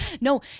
No